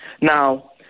Now